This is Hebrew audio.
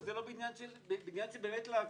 בעניין של באמת להבין.